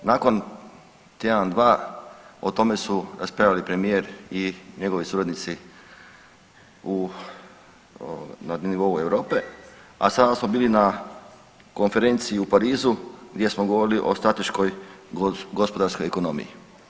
Nakon tjedan, dva o tome su raspravljali premijer i njegovi suradnici u, na nivou Europe, a sada smo bili na konferenciji u Parizu gdje smo govorili o strateškoj gospodarskoj ekonomiji.